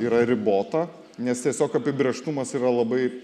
yra ribota nes tiesiog apibrėžtumas yra labai